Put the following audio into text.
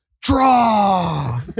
Draw